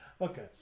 okay